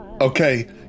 okay